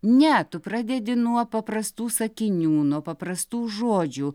ne tu pradedi nuo paprastų sakinių nuo paprastų žodžių